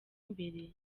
imbere